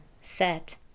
set